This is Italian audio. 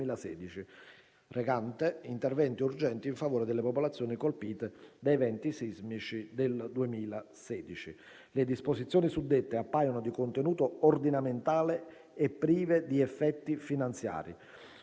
(Interventi urgenti in favore delle popolazioni colpite dagli eventi sismici del 2016). Le disposizioni suddette appaiono di contenuto ordinamentale e prive di effetti finanziari.